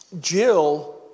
Jill